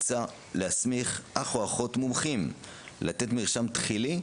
מוצע להסמיך אח או אחות מומחים לתת מרשם תחילי,